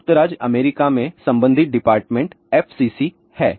संयुक्त राज्य अमेरिका में संबंधित डिपार्टमेंट FCC है